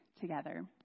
together